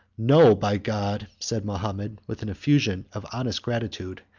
no, by god, said mahomet, with an effusion of honest gratitude,